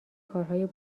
کارهای